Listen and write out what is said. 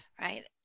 right